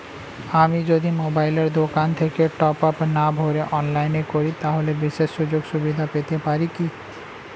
আমি যদি মোবাইলের দোকান থেকে টপআপ না ভরে অনলাইনে করি তাহলে বিশেষ সুযোগসুবিধা পেতে পারি কি?